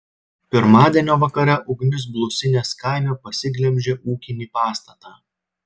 pirmadienio vakare ugnis blusinės kaime pasiglemžė ūkinį pastatą